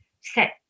set